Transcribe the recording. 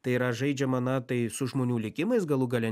tai yra žaidžiama na tai su žmonių likimais galų gale